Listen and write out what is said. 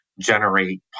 generate